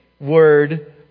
word